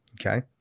okay